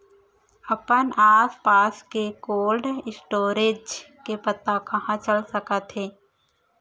अपन आसपास के कोल्ड स्टोरेज के पता कहाँ चल सकत हे?